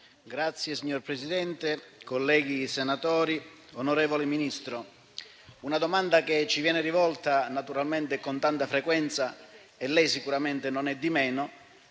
*(FdI)*. Signor Presidente, colleghi senatori, onorevole Ministro, una domanda che ci viene rivolta con tanta frequenza - lei sicuramente non è da meno